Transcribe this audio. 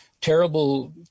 terrible